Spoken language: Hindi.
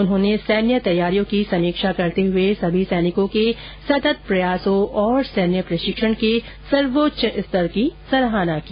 उन्होंने सैन्य तैयारियों की समीक्षा करते हुए सभी सैनिकों के सतत प्रयासों और सैन्य प्रशिक्षण के सर्वोच्च स्तर की सराहना की